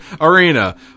Arena